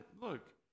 Look